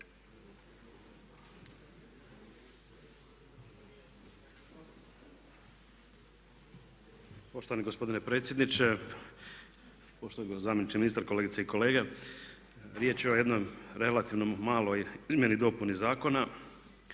Poštovani gospodine predsjedniče, poštovani zamjeniče ministra, kolegice i kolege riječ je o jednoj relativno maloj izmjeni dopune zakona